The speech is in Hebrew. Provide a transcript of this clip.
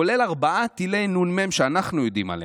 כולל ארבעה טילי נ"מ שאנחנו יודעים עליהם,